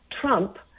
Trump